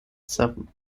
seven